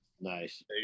Nice